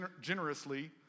generously